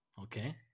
Okay